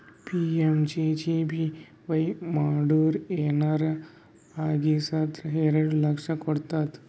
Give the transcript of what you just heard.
PMJJBY ಮಾಡುರ್ ಏನರೆ ಆಗಿ ಸತ್ತುರ್ ಎರಡು ಲಕ್ಷ ಕೊಡ್ತುದ್